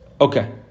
Okay